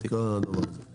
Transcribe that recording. --- טוב, אז זה לא מדויק.